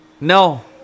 No